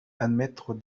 admettre